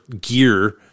gear